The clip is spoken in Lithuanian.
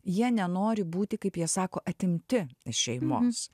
jie nenori būti kaip jie sako atimti iš šeimos